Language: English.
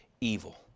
evil